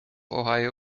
ohio